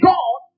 God